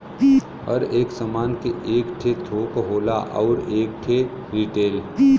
हर एक सामान के एक ठे थोक होला अउर एक ठे रीटेल